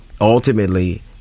ultimately